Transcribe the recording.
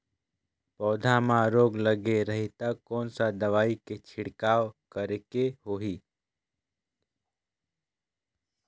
पौध मां रोग लगे रही ता कोन सा दवाई के छिड़काव करेके होही?